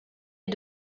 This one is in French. est